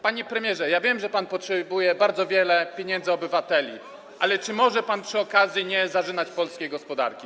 Panie premierze, ja wiem, że pan potrzebuje bardzo wiele pieniędzy obywateli, ale czy może pan przy okazji nie zarzynać polskiej gospodarki?